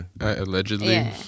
allegedly